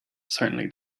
certainly